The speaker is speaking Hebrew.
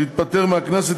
שהתפטר מהכנסת,